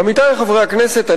עמיתי חברי הכנסת,